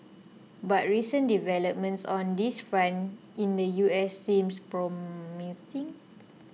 but recent developments on this front in the US seems promising